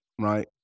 right